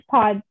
Pod